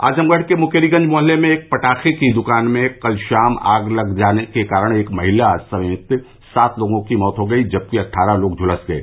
आजमगढ़ के मुकेरीगंज मोहल्ले में एक पटाखे की दुकान में कल शाम आग लग जाने के कारण एक महिला सहित सात लोगों की मृत्यु हो गयी जबकि अट्ठारह लोग झुलस गये